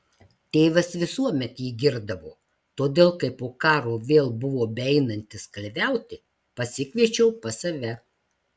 tėvas visuomet jį girdavo todėl kai po karo vėl buvo beeinantis kalviauti pasikviečiau pas save